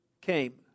came